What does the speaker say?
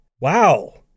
wow